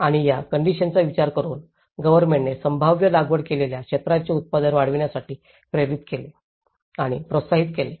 आणि या कंडिशन्सचा विचार करून गव्हर्नमेंटने संभाव्य लागवड केलेल्या क्षेत्राचे उत्पादन वाढविण्यासाठी प्रेरित केले आणि प्रोत्साहित केले